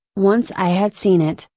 once i had seen it,